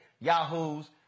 yahoos